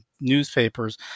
newspapers